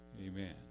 amen